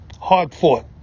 hard-fought